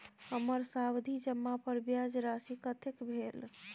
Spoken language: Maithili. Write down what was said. हमर सावधि जमा पर ब्याज राशि कतेक भेल?